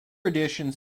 editions